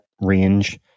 range